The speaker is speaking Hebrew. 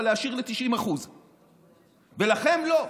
אבל להעשיר ל-90% ולכם לא?